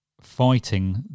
fighting